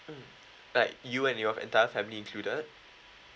mm like you and your entire family included